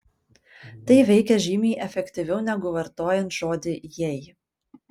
tai veikia žymiai efektyviau negu vartojant žodį jei